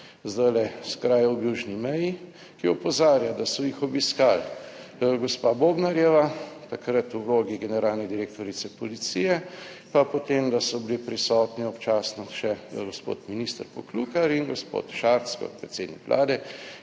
zdaj s kraja ob južni meji, ki opozarja, da so jih obiskali gospa Bobnarjeva, takrat v vlogi generalne direktorice policije, pa potem, da so bili prisotni občasno še gospod minister Poklukar in gospod Šarec kot predsednik Vlade